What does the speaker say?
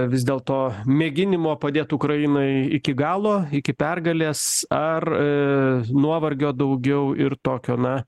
vis dėlto mėginimo padėt ukrainai iki galo iki pergalės ar nuovargio daugiau ir tokio na